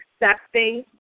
accepting